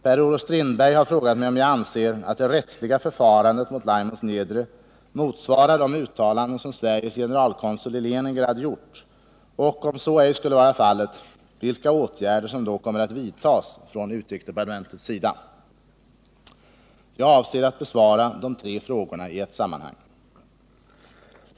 Per-Olof Strindberg har frågat mig om jag anser att det rättsliga förfarandet mot Laimons Niedre motsvarar de uttalanden som Sveriges generalkonsul i Leningrad gjort och, om så ej skulle vara fallet, vilka åtgärder som då kommer att vidtas från utrikesdepartementets sida. Jag avser att besvara de tre frågorna i ett sammanhang.